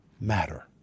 matter